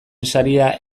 saria